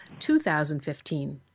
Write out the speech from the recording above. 2015